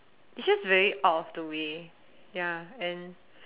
it's just very out of the way ya and